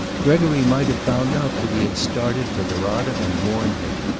gregory might have found out that he had started for norada and warned him.